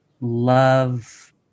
love